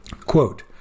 Quote